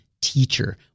teacher